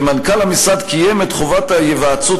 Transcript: ומנכ"ל המשרד קיים את חובת ההיוועצות